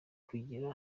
kugwira